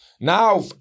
now